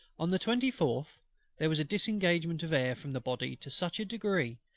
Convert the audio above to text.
on the twenty fourth there was a disengagement of air from the body to such a degree,